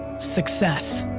success.